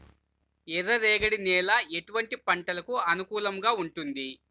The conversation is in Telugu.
ఎర్ర రేగడి నేల ఎటువంటి పంటలకు అనుకూలంగా ఉంటుంది?